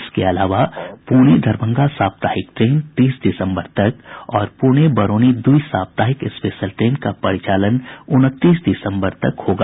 इसके अलावा पुणे दरभंगा साप्ताहिक ट्रेन तीस दिसम्बर तक और पुणे बरौनी द्वि साप्ताहिक स्पेशल ट्रेन का परिचालन उनतीस दिसम्बर तक होगा